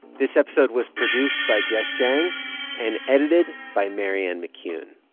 this episode was produced by jess jiang and edited by marianne mccune.